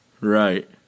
Right